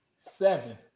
Seven